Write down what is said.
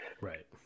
Right